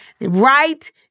right